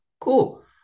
cool